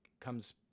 comes